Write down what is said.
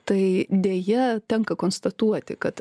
tai deja tenka konstatuoti kad